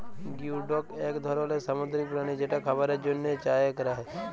geoduck এক ধরলের সামুদ্রিক প্রাণী যেটা খাবারের জন্হে চাএ ক্যরা হ্যয়ে